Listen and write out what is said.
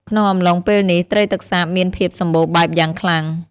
ក្នុងអំឡុងពេលនេះ ត្រីទឹកសាបមានភាពសម្បូរបែបយ៉ាងខ្លាំង។